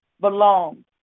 belonged